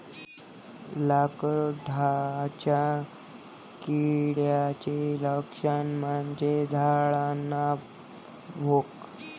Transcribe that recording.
लाकडाच्या किड्याचे लक्षण म्हणजे झाडांना भोक